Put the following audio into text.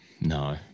No